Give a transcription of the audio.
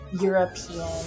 European